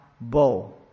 bow